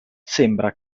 sembra